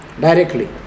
directly